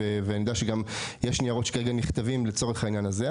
ואני יודע שגם יש ניירות שכרגע נכתבים לצורך העניין הזה.